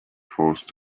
forced